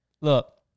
look